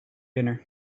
dinner